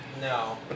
No